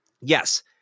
yes